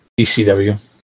ECW